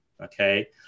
Okay